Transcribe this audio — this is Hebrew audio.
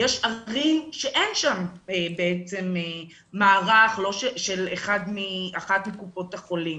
יש ערים שאין שם מערך של אחת מקופות החולים.